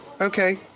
okay